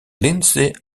lindsay